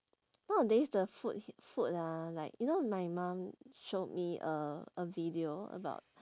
nowadays the food the food ah like you know my mum showed me a a video about